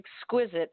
exquisite